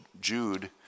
Jude